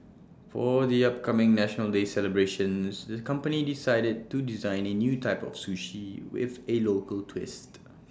for the upcoming National Day celebrations the company decided to design A new type of sushi with A local twist